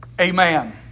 Amen